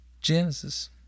Genesis